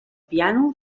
piano